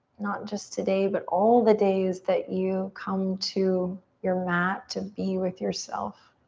not just today but all the days that you come to your mat to be with yourself.